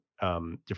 different